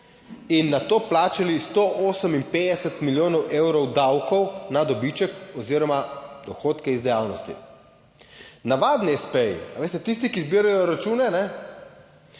in nato plačali 158 milijonov evrov davkov na dobiček oziroma dohodke iz dejavnosti; navadni espeji, veste, tisti, ki zbirajo račune,